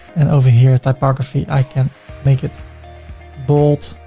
and over here at typography, i can make it bold.